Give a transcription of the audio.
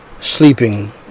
sleeping